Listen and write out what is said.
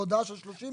בהודעה של 30 יום.